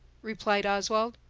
replied oswald.